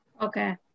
Okay